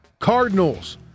Cardinals